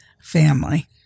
family